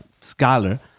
scholar